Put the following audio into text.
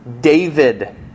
David